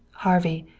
harvey,